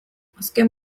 azken